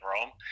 Rome